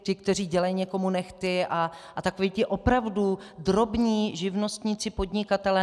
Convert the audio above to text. Ti, kteří dělají někomu nehty a takoví ti opravdu drobní živnostníci, podnikatelé.